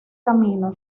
camino